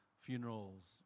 funerals